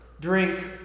drink